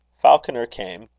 falconer came.